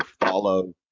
follow